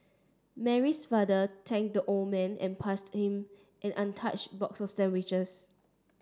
Mary's father thanked the old man and passed him an untouched box of sandwiches